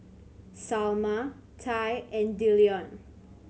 Salma Tye and Dillion